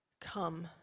Come